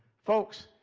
folks,